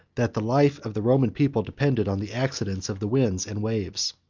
that the life of the roman people depended on the accidents of the winds and waves.